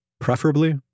preferably